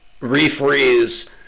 refreeze